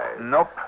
Nope